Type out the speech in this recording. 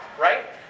right